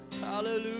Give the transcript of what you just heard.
Hallelujah